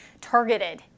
targeted